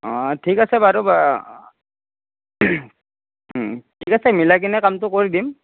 অঁ ঠিক আছে বাৰু ঠিক আছে মিলাই কিনি কামটো কৰি দিম